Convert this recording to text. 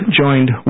joined